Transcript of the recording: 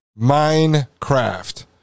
Minecraft